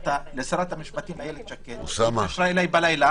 התקשרת לשרת המשפטים איילת שקד והיא התקשרה אלי בלילה